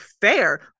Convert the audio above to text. fair